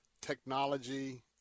technology